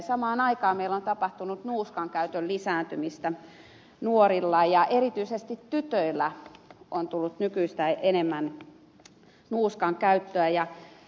samaan aikaan meillä on tapahtunut nuuskankäytön lisääntymistä nuorilla ja erityisesti tytöillä on tullut nykyistä enemmän nuuskankäyttöä